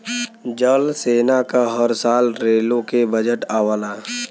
जल सेना क हर साल रेलो के बजट आवला